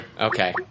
Okay